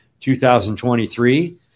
2023